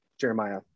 Jeremiah